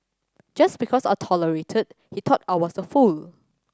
just because I tolerated he thought I was a fool